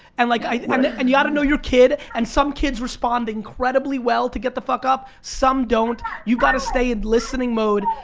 and like i mean and you gotta know your kid, and some kids respond incredibly well to get the fuck up. some don't, you've gotta stay in listening mode,